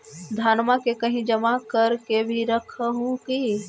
धनमा के कहिं जमा कर के भी रख हू की?